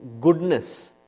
goodness